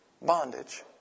bondage